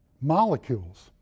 molecules